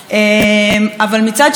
אבל מצד שני,